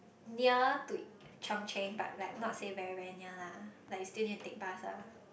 near to Chung-Cheng but like not say very very near lah like is still need to take bus lah